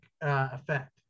effect